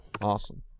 Awesome